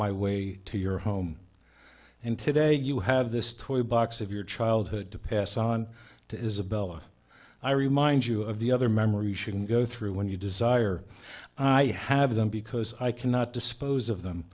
my way to your home and today you have this toy box of your childhood to pass on to isabella i remind you of the other memories you can go through when you desire i have them because i cannot dispose of them